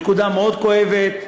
זאת נקודה מאוד כואבת,